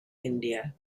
india